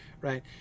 right